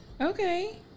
Okay